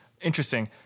Interesting